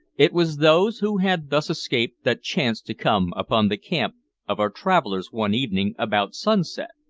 it was those who had thus escaped that chanced to come upon the camp of our travellers one evening about sunset.